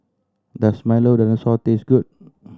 does Milo Dinosaur taste good